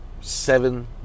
Seven